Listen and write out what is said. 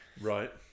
Right